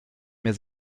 mir